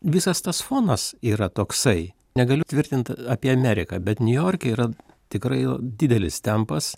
visas tas fonas yra toksai negaliu tvirtint apie ameriką bet niujorke yra tikrai didelis tempas